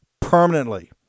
permanently